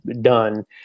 done